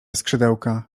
skrzydełka